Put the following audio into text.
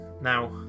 now